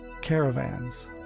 caravans